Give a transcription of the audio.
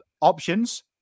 options